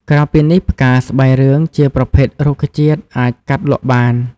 ក្រៅពីនេះ ផ្កាស្បៃរឿងជាប្រភេទរុក្ខជាតិអាចកាត់លក់បាន។